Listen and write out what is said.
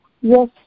Yes